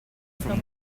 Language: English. from